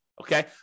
Okay